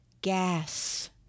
gas